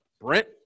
Brent